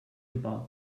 about